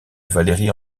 valéry